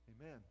Amen